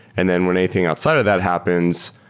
and then when anything outside of that happens,